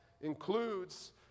includes